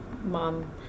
mom